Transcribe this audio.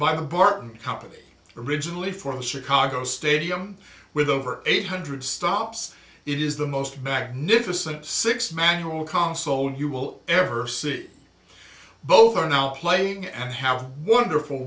by the barton company originally from chicago stadium with over eight hundred stops it is the most magnificent six manual console you will ever see both are now playing and have wonderful